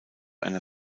einer